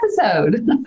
episode